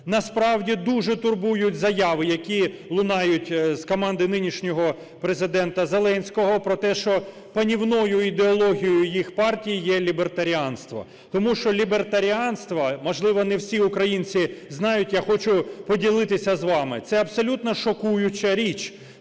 Насправді дуже турбують заяви, які лунають з команди нинішнього Президента Зеленського про те, що панівною ідеологією їх партій є лібертаріанство. Тому що лібертаріанство, можливо, не всі українці знають, я хочу поділитися з вами, це абсолютно шокуюча річ,